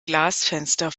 glasfenster